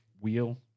wheel